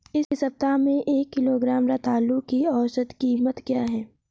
इस सप्ताह में एक किलोग्राम रतालू की औसत कीमत क्या है?